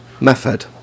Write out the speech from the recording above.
Method